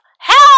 Help